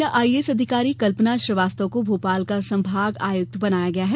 महिला आईएसएस अधिकारी कल्पना श्रीवास्तव को भोपाल का संभाग आयुक्त बनाया गया है